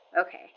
Okay